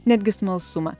netgi smalsumą